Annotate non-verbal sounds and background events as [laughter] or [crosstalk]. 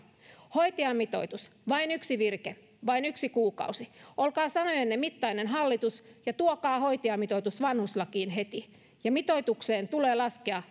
hoitajamitoitus vain yksi virke vain yksi kuukausi olkaa sanojenne mittainen hallitus ja tuokaa hoitajamitoitus vanhuslakiin heti ja mitoitukseen tulee laskea [unintelligible]